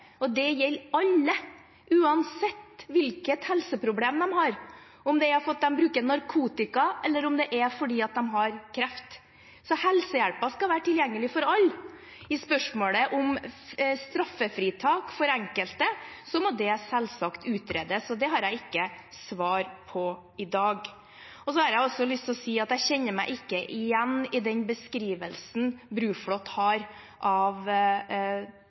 Det gjelder alle, uansett hvilket helseproblem de har, om det er fordi de bruker narkotika, eller om det er fordi de har kreft. Helsehjelpen skal være tilgjengelig for alle. I spørsmålet om straffritak for enkelte må det selvsagt utredes, så det har jeg ikke svar på i dag. Jeg har også lyst til å si at jeg ikke kjenner meg igjen i den beskrivelsen Bruflot har av